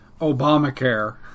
Obamacare